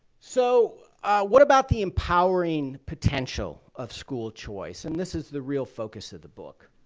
so what about the empowering potential of school choice? and this is the real focus of the book.